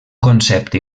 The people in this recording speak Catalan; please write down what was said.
concepte